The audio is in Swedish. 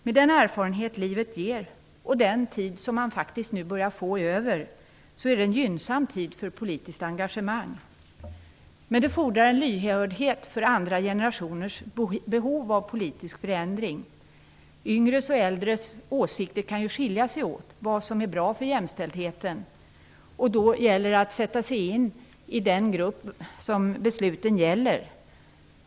Med den erfarenhet livet ger och den tid som man faktiskt nu börjar få över är det en gynnsam tid för politiskt engagemang. Men det fordrar en lyhördhet för andra generationers behov av politisk förändring. Yngres och äldres åsikter om vad som är bra för jämställdheten kan ju skilja sig åt. Då gäller det att sätta sig in i situationen för den grupp som besluten gäller.